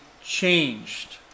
changed